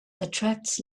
attracts